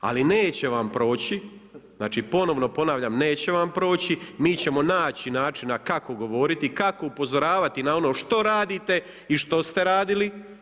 Ali neće vam proći, ponovo ponavljam neće vam proći, mi ćemo naći načina kako govoriti i kako upozoravati na ono što radite i što ste radili.